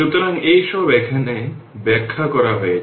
সুতরাং এই সব এখানে ব্যাখ্যা করা হয়েছে